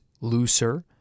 looser